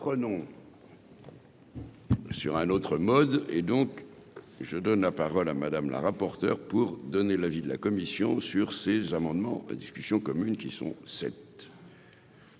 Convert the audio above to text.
reprenons. Sur un autre mode et donc je donne la parole à Madame, la rapporteure pour donner l'avis de la commission sur ces amendements en discussion commune qui sont cette.